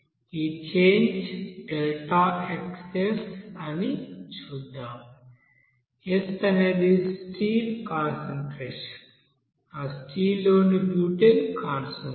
ఈ change Δxs అని చూద్దాం s అనేది స్టీల్ కాన్సంట్రేషన్ ఆ స్టీల్ లోని బ్యూటేన్ కాన్సంట్రేషన్